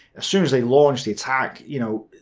as soon as they launched the attack, you know,